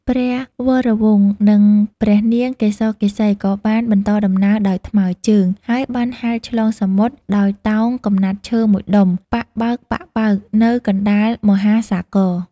ព្រះវរវង្ស និងព្រះនាងកេសកេសីក៏បានបន្តដំណើរដោយថ្មើរជើង ហើយបានហែលឆ្លងសមុទ្រដោយតោងកំណាត់ឈើមួយដុំ ប៉ាក់បើកៗនៅកណ្តាលមហាសាគរ។